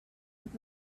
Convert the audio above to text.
with